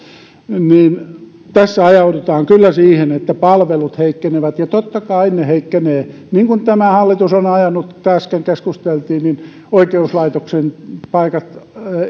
tässä ajaudutaan kyllä siihen että palvelut heikkenevät ja totta kai ne heikkenevät niin kuin tämä hallitus on ajanut alas mistä äsken keskusteltiin oikeuslaitoksen paikat